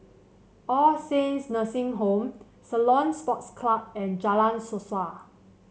All Saints Nursing Home Ceylon Sports Club and Jalan Suasa